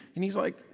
and he's like,